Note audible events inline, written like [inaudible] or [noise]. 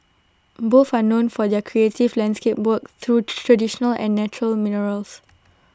both are known for their creative landscape work through [noise] traditional and natural minerals